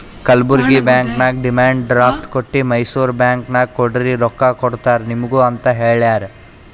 Kalburgi bank ನಾಗ್ demand draft ಕೊಟ್ಟಿ Mysore bank ನಾಗ್ ಕೊಡ್ರಿ ರೊಕ್ಕಾ ಕೊಡ್ತಾರ ನಿಮುಗ ಅಂತ್ ಹೇಳ್ಯಾರ್